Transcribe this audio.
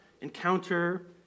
encounter